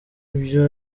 ibyo